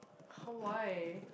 how why